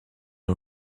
her